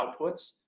outputs